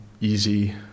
easy